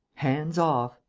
hands off!